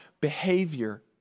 behavior